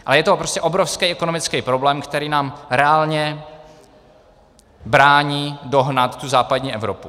A je to obrovský ekonomický problém, který nám reálně brání dohnat západní Evropu.